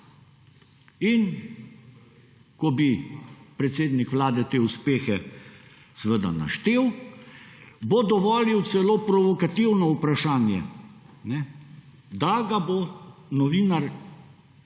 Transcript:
In ko bi predsednik vlade te uspehe seveda naštel, bo dovolil celo provokativno vprašanje, da ga bo novinar sprovociral.